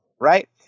Right